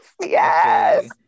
yes